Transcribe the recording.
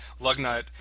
Lugnut